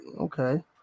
Okay